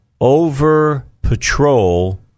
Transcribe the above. over-patrol